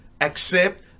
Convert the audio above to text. accept